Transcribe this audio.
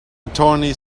attorney